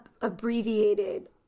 abbreviated